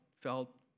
felt